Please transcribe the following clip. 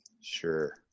sure